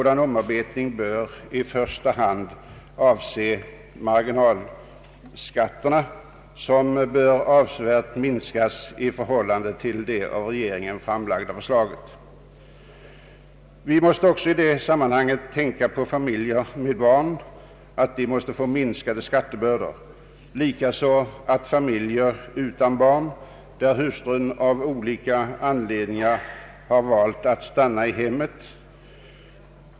Den bör i första hand avse marginalskatterna som avsevärt bör minskas i förhållande till regeringens förslag. Vi måste också i detta sammanhang tänka på att familjer med barn skall få en minskad skattebörda. Detta bör också gälla familjer utan barn, där hustrun av olika skäl har valt att stanna i hemmet.